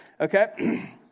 Okay